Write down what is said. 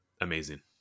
amazing